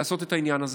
לעשות את העניין הזה,